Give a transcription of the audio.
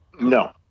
No